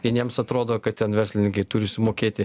vieniems atrodo kad ten verslininkai turi sumokėti